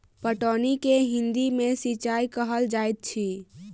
पटौनी के हिंदी मे सिंचाई कहल जाइत अछि